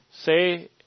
say